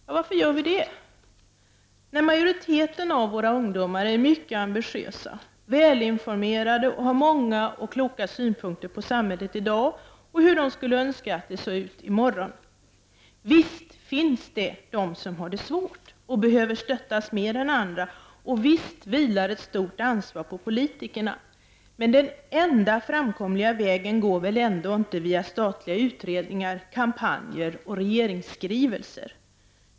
Ja, varför gör vi det när majoriteten av våra ungdomar är mycket ambitiösa, välinformerade och har många och kloka synpunkter på samhället i dag och hur de skulle önska att det såg ut i morgon? Visst finns det de som har det svårt och behöver stöttas mer än andra, och visst vilar ett stort ansvar på politikerna. Men den enda framkomliga vägen går väl ändå inte via statliga utredningar, kampanjer och regeringsskrivelser?